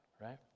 Right